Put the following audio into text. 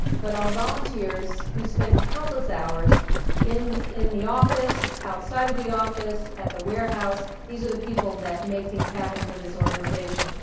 but our volunteers, who spend countless hours in in the office, outside of the office, at the warehouse, these are the people that make things happen for this organization.